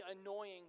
annoying